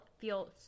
feel